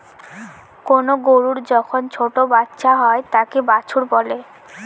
কোনো গরুর যখন ছোটো বাচ্চা হয় তাকে বাছুর বলে